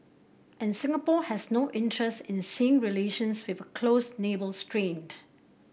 and Singapore has no interest in seeing relations with a close neighbour strained